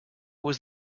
was